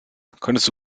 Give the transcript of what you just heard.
könntest